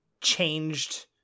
changed